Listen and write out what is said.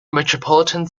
metropolitan